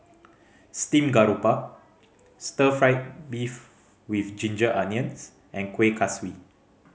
steamed garoupa Stir Fry beef with ginger onions and Kuih Kaswi